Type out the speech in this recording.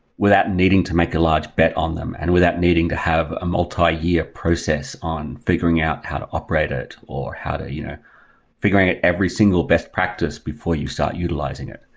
without needing to make a large bet on them, and without needing to have a multi-year process on figuring out how to operate it, or how to you know figuring it every single best practice, before you start utilizing it.